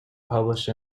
published